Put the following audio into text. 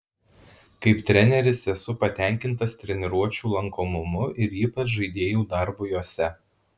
kaip treneris esu patenkintas treniruočių lankomumu ir ypač žaidėjų darbu jose